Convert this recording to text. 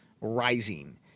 rising